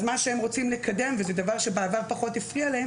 מה שהם רוצים לקדם בעבר זה פחות הפריע להם